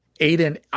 Aiden